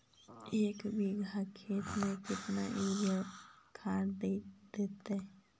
एक बिघा खेत में केतना युरिया खाद देवै?